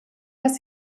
dass